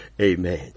amen